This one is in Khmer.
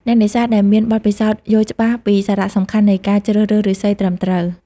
អ្នកនេសាទដែលមានបទពិសោធន៍យល់ច្បាស់ពីសារៈសំខាន់នៃការជ្រើសរើសឫស្សីត្រឹមត្រូវ។